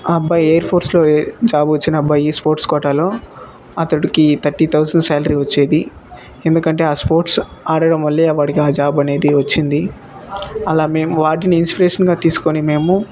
అబ్బాయి ఎయిర్ఫోర్స్లో జాబ వచ్చిన అబ్బాయి స్పోర్ట్స్ కోటాలో అతడికి థర్టీ థౌసండ్ సాలరీ వచ్చేది ఎందుకంటే ఆ స్పోర్ట్స్ ఆడడంవల్ల వాడికి ఆ జాబ్ అనేది వచ్చింది అలా మేము వాడిని ఇన్స్పిరేషన్గా తీసుకొని మేము